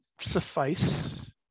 suffice